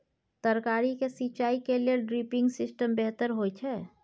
तरकारी के सिंचाई के लेल ड्रिपिंग सिस्टम बेहतर होए छै?